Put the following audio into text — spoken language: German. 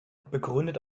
begründet